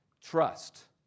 trust